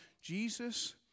Jesus